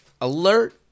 Alert